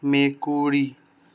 মেকুৰী